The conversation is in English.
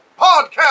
podcast